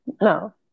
no